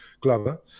Glover